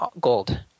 gold